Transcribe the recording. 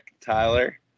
Tyler